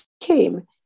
came